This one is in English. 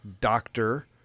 Doctor